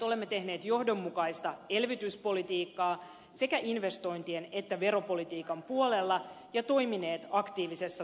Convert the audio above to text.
olemme tehneet johdonmukaista elvytyspolitiikkaa sekä investointien että veropolitiikan puolella ja toimineet aktiivisessa työvoimapolitiikassa